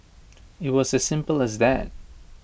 IT was as simple as that